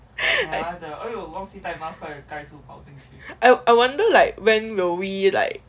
I I wonder like when will we like